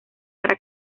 para